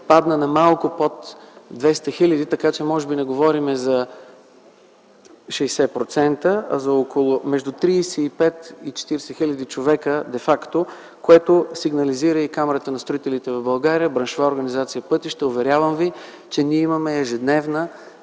падна на малко под 200 хиляди, така че може би не трябва да говорим за 60%, а за около 35-40 хил. човека, което сигнализират Камарата на строителите в България и Браншовата организация „Пътища”. Уверявам ви че имаме ежедневна